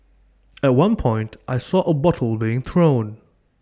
at one point I saw A bottle being thrown